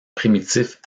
primitifs